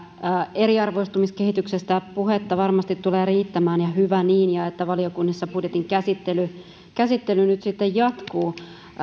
eriarvoistumiskehityksestä puhetta varmasti tulee riittämään ja hyvä niin ja että valiokunnissa budjetin käsittely nyt sitten jatkuu